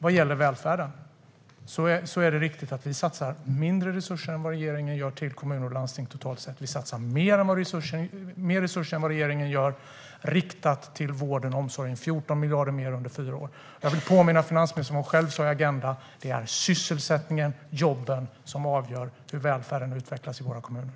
Vad gäller välfärden är det riktigt att vi satsar mindre resurser än regeringen på kommuner och landsting totalt sett. Vi satsar mer resurser än regeringen riktat till vården och omsorgen - 14 miljarder mer under fyra år. Jag vill påminna finansministern om vad hon själv sa i Agenda , nämligen att det är sysselsättningen och jobben som avgör hur välfärden utvecklas i våra kommuner.